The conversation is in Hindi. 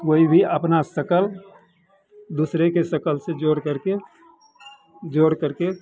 कोई भी अपना शक्ल दूसरे के शकल से जोड़ करके जोड़ करके